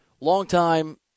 longtime